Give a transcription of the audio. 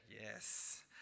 yes